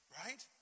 right